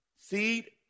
Seed